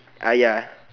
ya